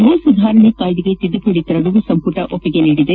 ಭೂ ಸುಧಾರಣಾ ಕಾಯ್ದೆಗೆ ತಿದ್ದುಪಡಿ ತರಲು ಸಂಪುಟ ಒಪ್ಪಿಗೆ ನೀಡಿದೆ